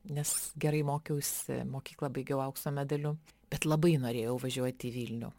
nes gerai mokiausi mokyklą baigiau aukso medaliu bet labai norėjau važiuoti į vilnių